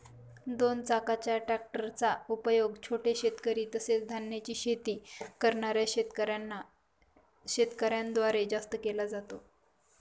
दोन चाकाच्या ट्रॅक्टर चा उपयोग छोटे शेतकरी, तसेच धान्याची शेती करणाऱ्या शेतकऱ्यांन द्वारे जास्त केला जातो